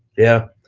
yeah.